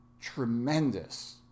tremendous